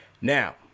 Now